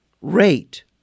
rate